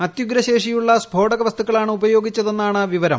അത്യുഗ്രശേഷിയുള്ള സ്ഫോടക വസ്തുക്കളാണ് ഉപയോഗിച്ചതെന്നാണ് വിവരം